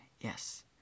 yes